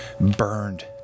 burned